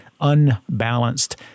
unbalanced